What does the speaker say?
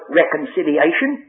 reconciliation